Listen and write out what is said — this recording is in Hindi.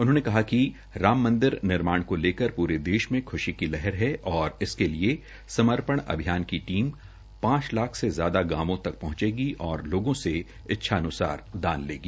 उन्होंने कहा कि राम मंदिर निर्माण को लेकर देश में खुशी की लहर है और इसके लिए समपर्ण अभियान की टीम पांच लाख से ज्यादा गांवों तक पहंचेगी और लोगों से इच्छान्सार दान लेगी